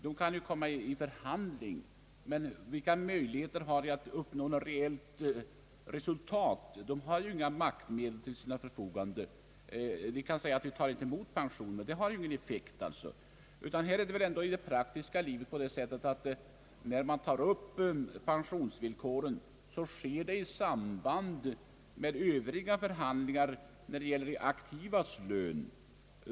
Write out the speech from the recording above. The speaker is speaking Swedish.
De kan komma till förhandling, men vilka möjligheter har de att uppnå något reellt resultat? De har ju inga maktmedel till sitt förfogande. Det enda de kan säga är att de inte tar emot några pensioner, men det har ju ingen effekt i den mening som det här gäller. När man i det praktiska livet tar upp pensionsvillkoren sker det i samband med förhandlingar när det gäller de aktivas löner.